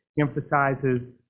emphasizes